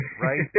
Right